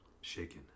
Shaken